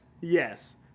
Yes